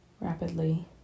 rapidly